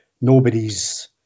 nobody's